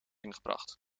ingebracht